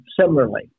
similarly